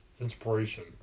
inspiration